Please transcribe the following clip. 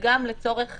וגם לצורך